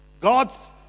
God's